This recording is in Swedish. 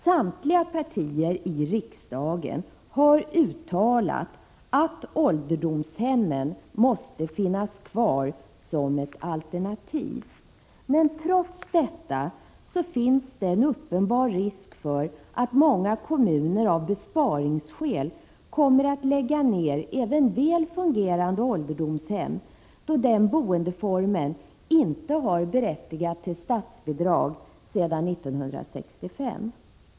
Samtliga partier i riksdagen har uttalat att ålderdomshemmen måste finnas kvar som ett alternativ. Trots detta finns det en uppenbar risk för att många kommuner av besparingsskäl kommer att lägga ner även väl fungerande ålderdomshem, då den boendeformen inte har varit berättigad till statsbidrag sedan 1965.